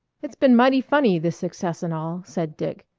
it's been mighty funny, this success and all, said dick.